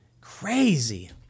crazy